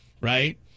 right